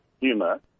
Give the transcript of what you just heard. humor